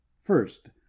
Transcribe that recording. First